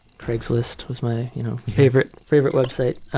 craigslist was my you know favorite favorite website.